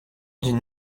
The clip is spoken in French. d’une